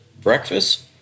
breakfast